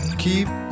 keep